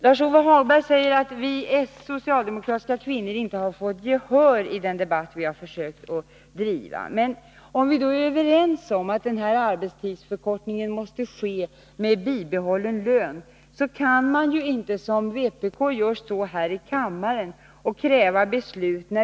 Lars-Ove Hagberg säger att vi socialdemokratiska kvinnor inte har fått gehör i den debatt vi har försökt att driva. Men om vi är överens om att arbetstidsförkortningen måste ske med bibehållen lön kan man inte, som vpk gör, stå här i kammaren och kräva beslut.